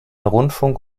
rundfunk